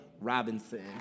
Robinson